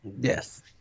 Yes